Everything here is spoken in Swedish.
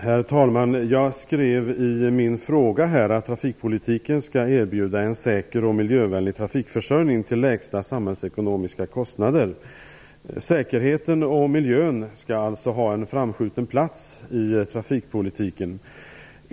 Herr talman! Jag skrev i min fråga att trafikpolitiken skall erbjuda en säker och miljövänlig trafikförsörjning till lägsta samhällsekonomiska kostnader. Säkerheten och miljön skall alltså ha en framskjuten plats i trafikpolitiken.